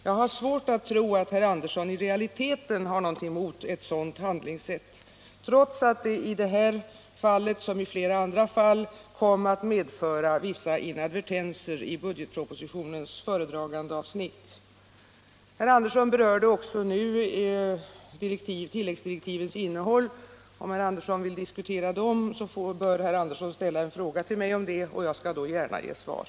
Jag har svårt att tro att herr Andersson i realiteten har någonting emot ett sådant handlingssätt, fastän det i det här fallet liksom i flera andra fall kommit att medföra vissa inadvertenser i budgetpropositionens föredragandeavsnitt. Herr Andersson berörde nu också tilläggsdirektivens innehåll, men om herr Andersson vill diskutera dem bör herr Andersson ställa en fråga till mig om det. Jag skall då gärna ge svar.